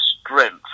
strength